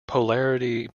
polarity